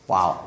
Wow